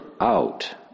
out